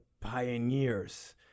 pioneers